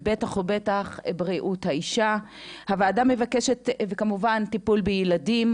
ובטח ובטח בריאות האישה וכמובן טיפול בילדים.